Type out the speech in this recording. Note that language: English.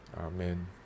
Amen